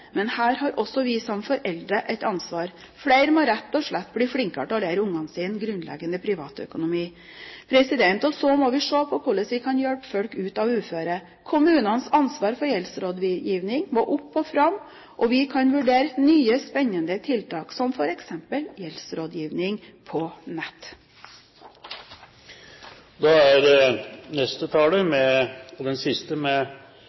men her har også vi som foreldre et ansvar. Flere må rett og slett bli flinkere til å lære barna sine grunnleggende privatøkonomi. Og så må vi se på hvordan vi kan hjelpe folk ut av uføret. Kommunenes ansvar for gjeldsrådgiving må opp og fram, og vi kan vurdere nye spennende tiltak som f.eks. gjeldsrådgiving på nett.